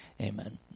Amen